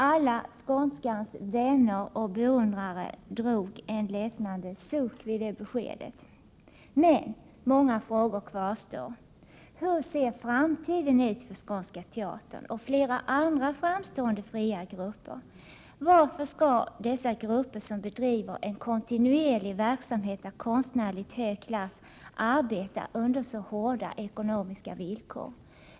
Alla Skånskans vänner och beundrare drog en lättnadens suck vid det beskedet. 53 Men många frågor kvarstår. Hur ser framtiden ut för Skånska teatern och för flera andra framstående fria grupper? Varför skall dessa grupper som bedriver en kontinuerlig verksamhet av konstnärligt hög klass behöva arbeta under så hårda ekonomiska villkor?